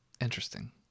Interesting